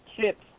chips